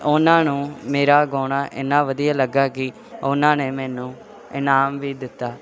ਉਹਨਾਂ ਨੂੰ ਮੇਰਾ ਗਾਉਣਾ ਇੰਨਾਂ ਵਧੀਆ ਲੱਗਾ ਕਿ ਉਹਨਾਂ ਨੇ ਮੈਨੂੰ ਇਨਾਮ ਵੀ ਦਿੱਤਾ